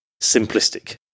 simplistic